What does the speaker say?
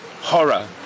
horror